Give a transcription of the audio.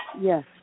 Yes